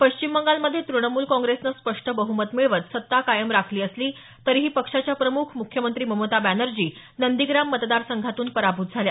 पश्चिम बंगालमध्ये तुणमूल काँग्रेसनं स्पष्ट बहुमत मिळवत सत्ता कायम राखली असली तरीही पक्षाच्या प्रमुख मुख्यमंत्री ममता बॅनर्जी नंदीग्रान मतदारसंघातून पराभूत झाल्या